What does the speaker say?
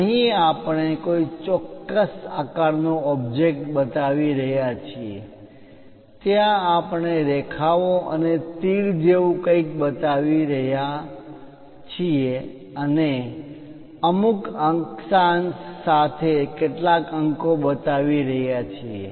અહીં આપણે કોઈ ચોક્કસ આકાર નો ઓબ્જેક્ટ બતાવી રહ્યા છીએ ત્યાં આપણે રેખાઓ અને તીર જેવું કંઈક બતાવી રહ્યા છીએ અને અમુક અક્ષાંશ સાથે કેટલાક અંકો બતાવી રહ્યા છીએ